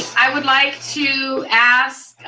i would like to ask